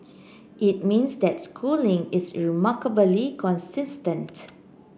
it means that Schooling is remarkably consistent